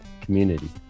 community